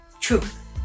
Truth